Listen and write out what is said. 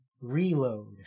Reload